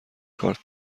کارت